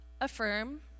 affirm